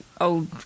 old